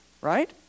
right